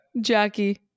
Jackie